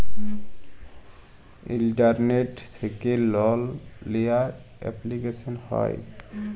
ইলটারলেট্ থ্যাকে লল লিয়ার এপলিকেশল হ্যয়